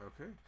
Okay